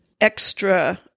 extra